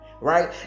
right